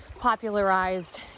popularized